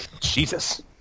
Jesus